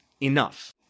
enough